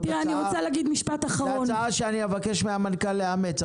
זו הצעה שאני אבקש מהמנכ"ל לאמץ,